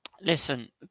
Listen